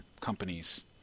companies